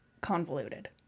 convoluted